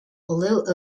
although